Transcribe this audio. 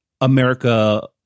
America